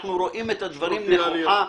אנחנו רואים את הדברים נכוחה.